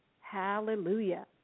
Hallelujah